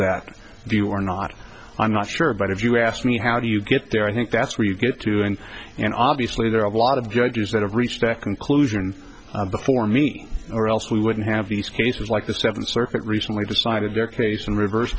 are not i'm not sure but if you ask me how do you get there i think that's where you get to end and obviously there are a lot of judges that have reached that conclusion before me or else we wouldn't have these cases like the seventh circuit recently decided their case and reverse